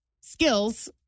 skills